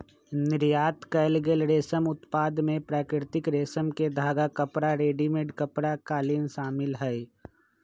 निर्यात कएल गेल रेशम उत्पाद में प्राकृतिक रेशम के धागा, कपड़ा, रेडीमेड कपड़ा, कालीन शामिल हई